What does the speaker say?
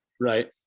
Right